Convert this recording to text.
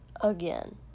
Again